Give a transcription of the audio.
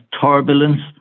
turbulence